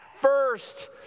first